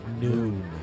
noon